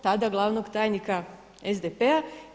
Tada glavnog tajnika SDP-a.